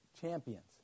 champions